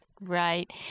Right